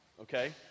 Okay